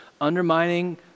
undermining